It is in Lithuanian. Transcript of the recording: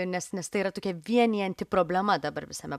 nes nes tai yra tokia vienijanti problema dabar visame